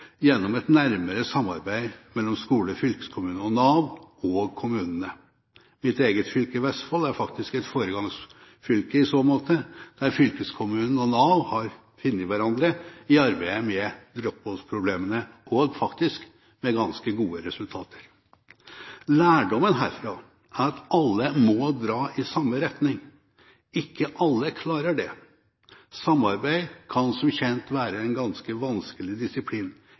gjennom et nærmere samarbeid mellom skole, fylkeskommune og Nav og kommunene. Mitt eget fylke, Vestfold, er faktisk et foregangsfylke i så måte, der fylkeskommunen og Nav har funnet hverandre i arbeidet med drop-out-problemene, og faktisk med ganske gode resultater. Lærdommen herfra er at alle må dra i samme retning. Ikke alle klarer det. Samarbeid kan som kjent være en ganske vanskelig disiplin,